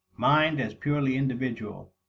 mind as purely individual.